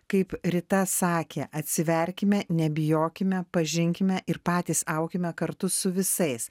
kaip rita sakė atsiverkime nebijokime pažinkime ir patys aukime kartu su visais